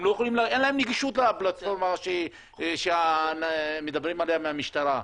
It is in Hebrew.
אין להם נגישות לפלטפורמה שמדברים עליה מהמשטרה.